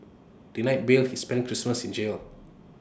denied bail he spent Christmas in jail